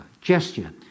gesture